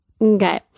Okay